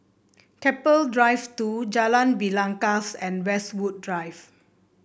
Keppel Drive Two Jalan Belangkas and Westwood Drive